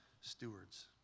stewards